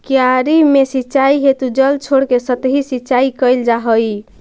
क्यारी में सिंचाई हेतु जल छोड़के सतही सिंचाई कैल जा हइ